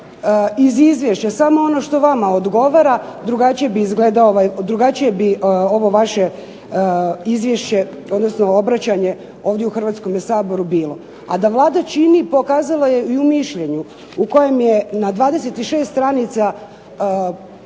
iz izvješća samo ono što vama odgovara drugačije bi ovo vaše obraćanje ovdje u Hrvatskome saboru bilo. A da Vlada čini pokazala je i u mišljenju u kojemu je na 26 stranica pojasnila